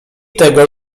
tego